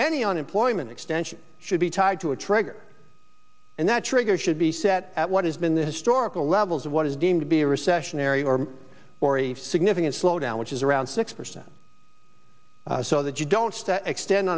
any unemployment extension should be tied to a trigger and that trigger should be set at what has been the historical levels of what is deemed to be a recessionary or significant slowdown which is around six percent so that you don't extend